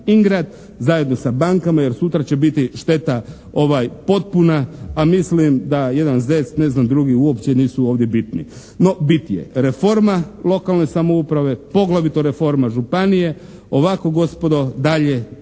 Ingrad" zajedno sa bankama jer sutra će biti šteta potpuna, a mislim da jedan ZEC, ne znam drugi uopće nisu ovdje bitni. No bit je reforma lokalne samouprave, poglavito reforma županije. Ovako gospodo dalje